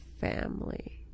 family